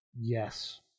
yes